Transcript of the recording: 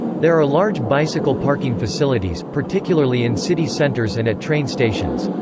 there are large bicycle parking facilities, particularly in city centres and at train stations.